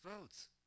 votes